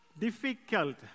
difficult